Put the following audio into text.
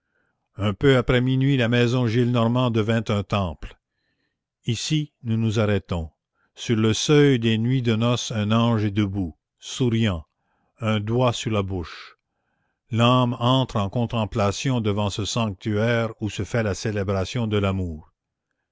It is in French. un peu après minuit la maison gillenormand devint un temple ici nous nous arrêtons sur le seuil des nuits de noce un ange est debout souriant un doigt sur la bouche l'âme entre en contemplation devant ce sanctuaire où se fait la célébration de l'amour